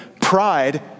pride